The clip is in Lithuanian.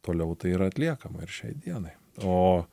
toliau tai yra atliekama ir šiai dienai o